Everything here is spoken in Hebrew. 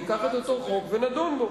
ניקח את אותו חוק ונדון בו.